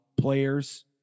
players